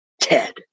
TED